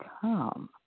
come